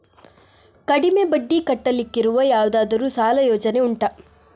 ಕಡಿಮೆ ಬಡ್ಡಿ ಕಟ್ಟಲಿಕ್ಕಿರುವ ಯಾವುದಾದರೂ ಸಾಲ ಯೋಜನೆ ಉಂಟಾ